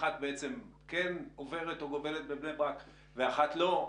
אחת כן עוברת או גובלת בבני ברק ואחת לא.